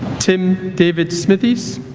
tim david smithies